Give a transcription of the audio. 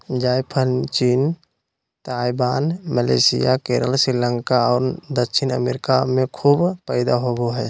जायफल चीन, Taiwan, Malaysia, Kerala, Sri Lanka और दक्षिणी अमेरिका में खूब पैदा होबो हइ